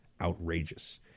outrageous